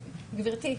גברתי,